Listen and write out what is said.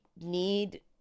need